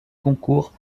concours